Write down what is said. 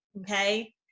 okay